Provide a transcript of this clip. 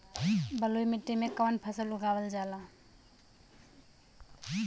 बलुई मिट्टी में कवन फसल उगावल जाला?